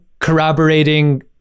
corroborating